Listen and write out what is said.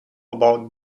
about